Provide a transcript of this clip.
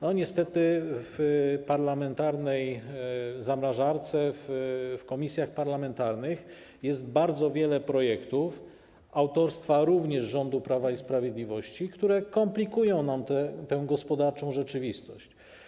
Niestety w parlamentarnej zamrażarce, w komisjach parlamentarnych jest bardzo wiele projektów autorstwa również rządu Prawa i Sprawiedliwości, które komplikują tę gospodarczą rzeczywistość.